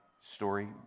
story